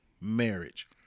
marriage